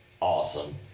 awesome